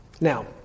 Now